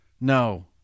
No